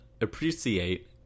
appreciate